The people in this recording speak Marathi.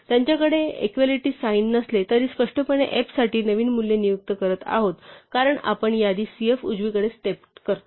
त्यांच्याकडे एक्वालिटी साइन नसले तरी स्पष्टपणे f साठी नवीन मूल्ये नियुक्त करत आहे कारण आपण यादी cf उजवीकडे स्टेप टाकतो